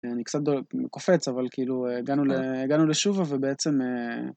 אני קצת קופץ, אבל כאילו, הגענו לשובה, ובעצם...